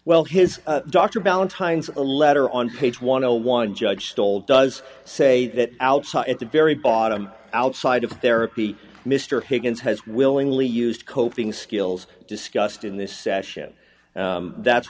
well his dr valentine's a letter on page one o one judge told does say that out at the very bottom outside of therapy mr higgins has willingly used coping skills discussed in this session that's